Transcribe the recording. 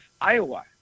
Iowa